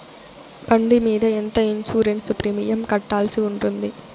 బండి మీద ఎంత ఇన్సూరెన్సు ప్రీమియం కట్టాల్సి ఉంటుంది?